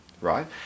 right